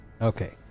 Okay